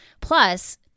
Plus